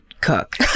cook